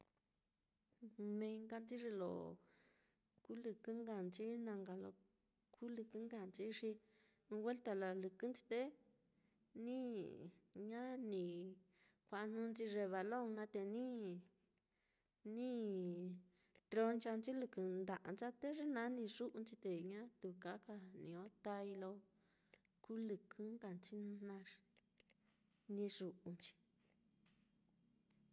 Mee nkanchi ye lo kulɨkɨ nkanchi na nka lo kulɨkɨ nkanchi, xi ɨ́ɨ́n welta lalɨkɨnchi te ni ña ni kua'a jnɨnchi ye balon naá te ni ni tronchanchi lɨkɨ nda'ancha'a á, te ye naá ni yu'unchi te ñatu ka niño tái lo kulɨkɨ nkanchi naá, ni yu'unchi.